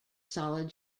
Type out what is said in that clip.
solid